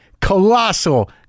colossal